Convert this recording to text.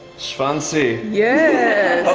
fancy? yeah.